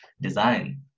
design